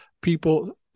People